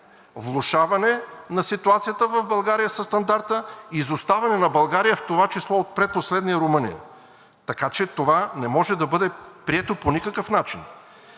влошаване на ситуацията със стандарта в България, изоставане на България, в това число от предпоследния – Румъния. Така че това не може да бъде прието по никакъв начин.